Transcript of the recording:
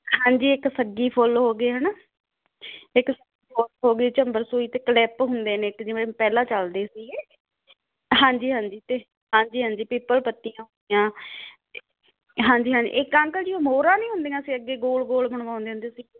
ਹਾਂਜੀ ਇੱਕ ਸੱਗੀ ਫੁੱਲ ਹੋ ਗਏ ਹੈਨਾ ਇੱਕ ਹੋ ਗਈ ਝੰਬਰ ਸੂਈ ਅਤੇ ਕਲਿੱਪ ਹੁੰਦੇ ਨੇ ਇੱਕ ਜਿਵੇਂ ਪਹਿਲਾਂ ਚਲਦੇ ਸੀਗੇ ਹਾਂਜੀ ਹਾਂਜੀ ਅਤੇ ਹਾਂਜੀ ਹਾਂਜੀ ਪਿੱਪਲ ਪੱਤੀਆਂ ਹੋ ਗੀਆਂ ਹਾਂਜੀ ਹਾਂਜੀ ਇੱਕ ਅੰਕਲ ਜੀ ਉਹ ਮੋਹਰਾਂ ਨੀਂ ਹੁੰਦੀਆਂ ਸੀ ਗੋਲ ਗੋਲ ਬਣਾਉਂਦੇ ਹੁੰਦੇ ਸੀਗੇ